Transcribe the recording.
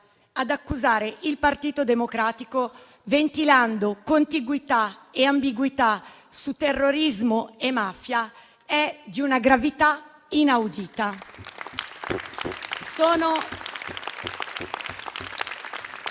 ad accusare il Partito Democratico, ventilando contiguità e ambiguità su terrorismo e mafia, è di una gravità inaudita.